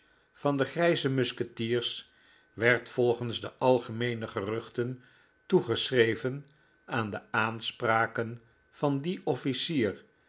van de grijze musketiers werd volgens de algemeene geruchten toegeschreven aan de aanspraken van dien officier